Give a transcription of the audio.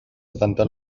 setanta